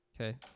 Okay